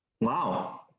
Wow